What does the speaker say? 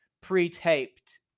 pre-taped